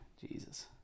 Jesus